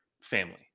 family